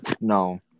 No